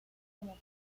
como